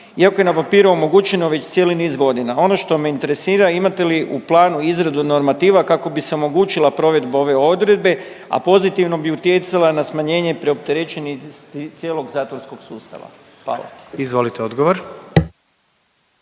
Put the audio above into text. iako je na papiru omogućeno već cijeli niz godina. A ono što me interesira, imate li u planu izradu normativa kako bi se omogućila provedba ove odredbe, a pozitivno bi utjecala na smanjenje preopterećenosti cijelog zatvorskog sustava? Hvala. **Jandroković,